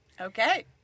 Okay